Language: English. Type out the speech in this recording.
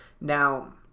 Now